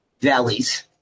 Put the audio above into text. valleys